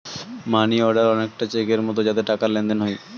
মানি order অনেকটা চেকের মতো যাতে টাকার লেনদেন হয়